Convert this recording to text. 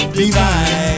divine